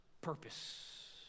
purpose